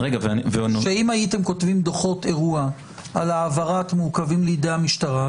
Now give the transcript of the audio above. שאם הייתם כותבים דוחות אירוע על העברת מעוכבים לידי המשטרה,